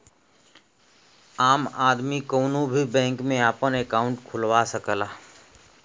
आम आदमी कउनो भी बैंक में आपन अंकाउट खुलवा सकला